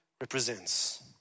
represents